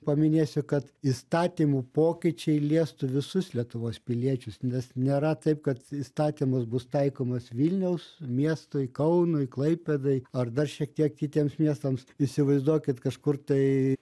paminėsiu kad įstatymų pokyčiai liestų visus lietuvos piliečius nes nėra taip kad įstatymas bus taikomas vilniaus miestui kaunui klaipėdai ar dar šiek tiek kitiems miestams įsivaizduokit kažkur tai